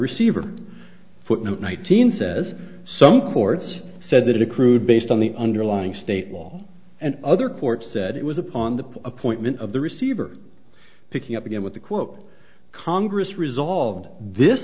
receiver footnote nineteen says some court said that accrued based on the underlying state law and other court said it was upon the appointment of the receiver picking up again with the quote congress resolved this